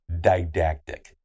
didactic